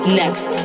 next